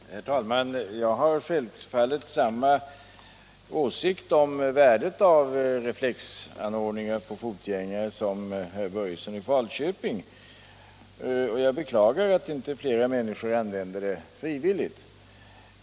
Herr talman! Jag har självfallet samma åsikt som herr Börjesson i Falköping om värdet av reflexanordningar för fotgängare och beklagar att inte fler människor använder reflex frivilligt.